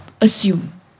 assume